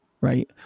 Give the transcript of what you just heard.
Right